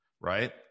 right